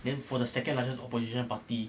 then for the second largest opposition party